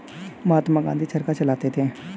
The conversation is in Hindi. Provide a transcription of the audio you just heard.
महात्मा गांधी चरखा चलाते थे